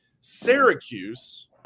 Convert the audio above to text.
Syracuse